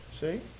See